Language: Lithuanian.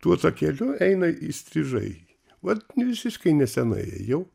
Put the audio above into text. tuo takeliu eina įstrižai vat visiškai neseniai ėjau